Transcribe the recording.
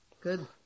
good